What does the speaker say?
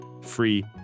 free